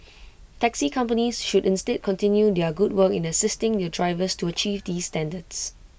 taxi companies should instead continue their good work in assisting their drivers to achieve these standards